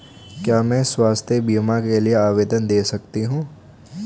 क्या मैं स्वास्थ्य बीमा के लिए आवेदन दे सकती हूँ?